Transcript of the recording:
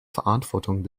verantwortung